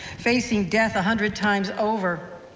facing death a hundred times over.